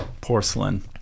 porcelain